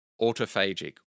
autophagic